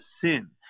sin